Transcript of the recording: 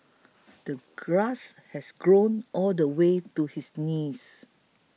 the grass has grown all the way to his knees